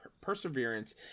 perseverance